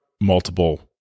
multiple